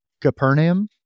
Capernaum